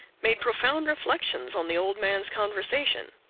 made profound reflections on the old man's conversation.